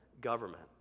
government